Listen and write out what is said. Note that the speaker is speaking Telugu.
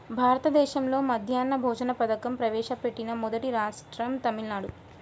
భారతదేశంలో మధ్యాహ్న భోజన పథకం ప్రవేశపెట్టిన మొదటి రాష్ట్రం తమిళనాడు